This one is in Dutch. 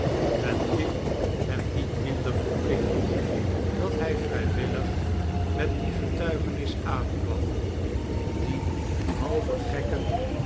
ben ik hem niet minder verplicht dat hi vrijwillig met die getuigenis aankwam die halve gekken